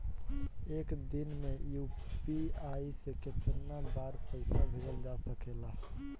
एक दिन में यू.पी.आई से केतना बार पइसा भेजल जा सकेला?